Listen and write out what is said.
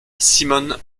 simon